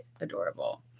adorable